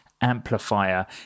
amplifier